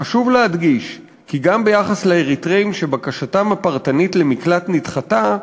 "חשוב להדגיש כי גם ביחס לאריתריאים שבקשתם הפרטנית למקלט נדחתה,